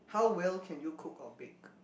how well can you cook or bake